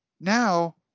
Now